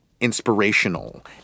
inspirational